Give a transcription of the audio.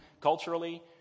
culturally